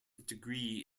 degree